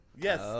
Yes